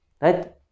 Right